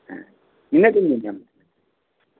ᱱᱤᱭᱟᱹ ᱜᱤᱧ ᱢᱮᱱᱟ